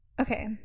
Okay